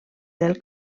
del